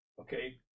okay